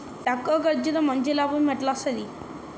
తక్కువ కర్సుతో మంచి లాభం ఎట్ల అస్తది?